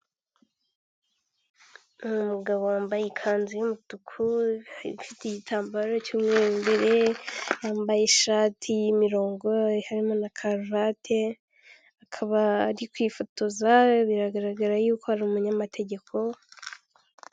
Umugabo wambaye ikanzu y'umutuku ifite igitambaro cy'umweru imbere, yambaye ishati y'imirongo harimo na karuvate, akaba ari kwifotoza. Biragaragara ko ari umunyamategeko.